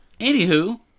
Anywho